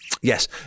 yes